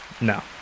No